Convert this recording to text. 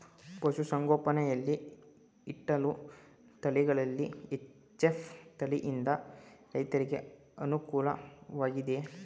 ಪಶು ಸಂಗೋಪನೆ ಯಲ್ಲಿ ಇಟ್ಟಳು ತಳಿಗಳಲ್ಲಿ ಎಚ್.ಎಫ್ ತಳಿ ಯಿಂದ ರೈತರಿಗೆ ಅನುಕೂಲ ವಾಗಿದೆಯೇ?